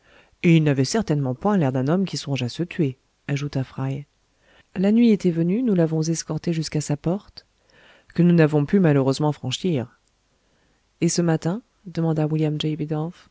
et il n'avait certainement point l'air d'un homme qui songe à se tuer ajouta fry la nuit était venue nous l'avons escorté jusqu'à sa porte que nous n'avons pu malheureusement franchir et ce matin demanda william